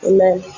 Amen